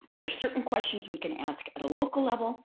there's certain questions we can ask at a local level,